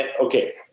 Okay